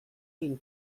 d’une